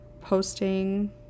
posting